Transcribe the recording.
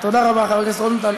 תודה רבה, חבר הכנסת רוזנטל.